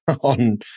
on